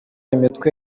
imitwe